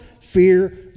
fear